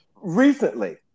Recently